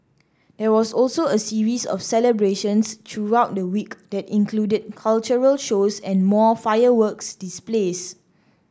there was also a series of celebrations throughout the week that included cultural shows and more fireworks displays